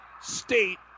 state